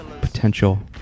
potential